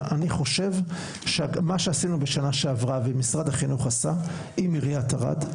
אבל אני חושב שמה שעשינו בשנה שעברה ומשרד החינוך עשה עם עיריית ערד,